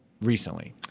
recently